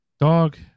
dog